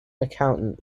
accountant